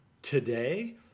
Today